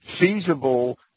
feasible